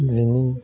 बेनि